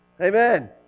Amen